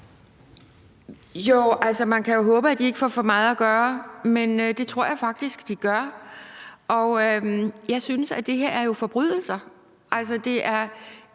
(DF): Man kan håbe, at de ikke får for meget at gøre, men det tror jeg faktisk de gør. Det her er jo forbrydelser; ikke mod